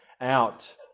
out